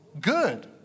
good